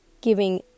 giving